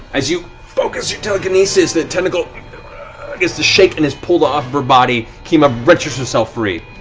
as you focus your telekinesis, the tentacle begins to shake and is pulled off her body. kima wrenches herself free.